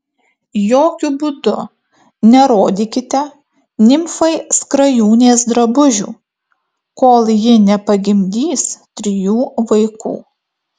jokiu būdu nerodykite nimfai skrajūnės drabužių kol ji nepagimdys trijų vaikų